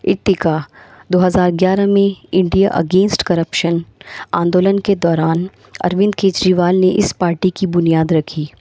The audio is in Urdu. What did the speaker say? ارتقا دو ہزار گیارہ میں انڈیا اگینسٹ کرپشن آندولن کے دوران اروند کیجریوال نے اس پارٹی کی بنیاد رکھی